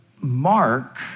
Mark